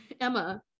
Emma